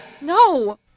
No